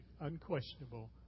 unquestionable